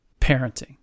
parenting